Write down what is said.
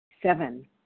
Seven